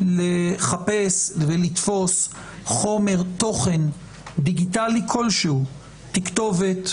לחפש ולתפוס חומר תוכן דיגיטלי כלשהו תכתובת,